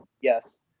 yes